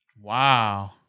Wow